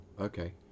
okay